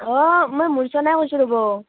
অঁ মই মূৰ্ছ্নাই কৈছোঁ ৰ'ব